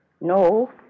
No